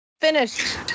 Finished